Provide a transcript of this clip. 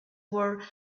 were